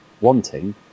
wanting